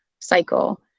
cycle